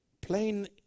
plain